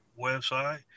website